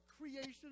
creation